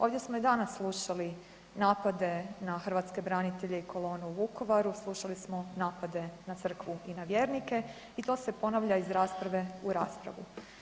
Ovdje smo i danas slušali napade na hrvatske branitelje i kolonu u Vukovaru, slušali smo napade na crkvu i na vjernike i to se ponavlja iz rasprave u raspravu.